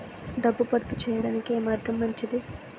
డబ్బు పొదుపు చేయటానికి ఏ మార్గం మంచిది?